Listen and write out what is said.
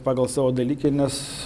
pagal savo dalykines